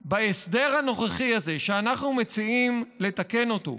האם בהסדר הנוכחי הזה, שאנחנו מציעים לתקן אותו,